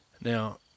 Now